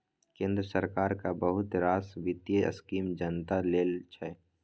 केंद्र सरकारक बहुत रास बित्तीय स्कीम जनता लेल छै